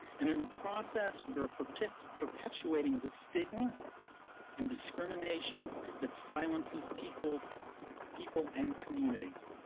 and in the process we are perpetuating perpetuating the stigma and discrimination that silences people people and communities.